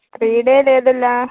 three ഡേയിൽ ഏതെല്ലാം